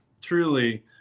truly